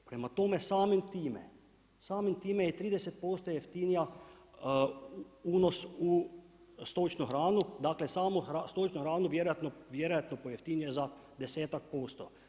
Prema tome, samim time je 30% jeftiniji unos u stočnu hranu, dakle samo stočnu hranu vjerojatno pojeftinjuje za desetak posto.